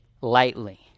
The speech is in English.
lightly